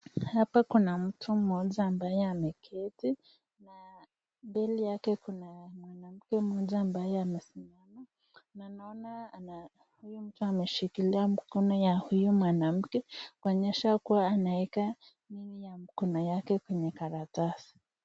Mtu mmoja ambaye ameketi na mbele yake kuna mwanamke mmoja ambaye anasimama na ameshikilia mkono ya huyo mwanamke kuonyesha aneaka nini ya mkono yake kwenye karatasi.